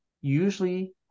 usually